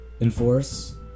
enforce